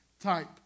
type